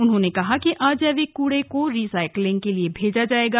उन्होंने कहा कि अजैविक कूड़े को रिसाइकिलिंग के लिए भेजा जाएगा